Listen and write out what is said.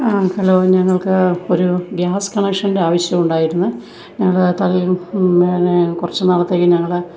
hello ഞങ്ങൾക്ക് ഒരു gas കണക്ഷൻ്റെ ആവശ്യമുണ്ടായിരുന്നു ഞങ്ങള് തലേ പിന്നെ കുറച്ച് നാളത്തേക്ക് ഞങ്ങള്